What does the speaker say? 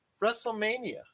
wrestlemania